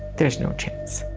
there's no chance.